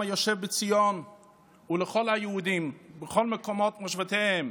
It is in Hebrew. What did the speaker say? היושב בציון ולכל היהודים בכל מקומות מושבותיהם,